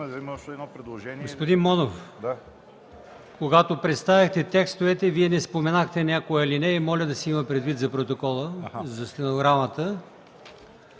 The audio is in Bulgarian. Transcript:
ИМАМОВ: Господин Монов, когато представихте текстовете, не споменахте някои алинеи – моля да се има предвид за протокола, за стенограмата.